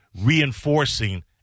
reinforcing